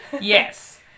Yes